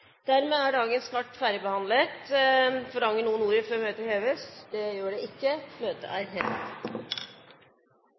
Dermed er sakene på dagens kart ferdigbehandlet. Forlanger noen ordet før møtet heves? – Møtet er